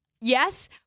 yes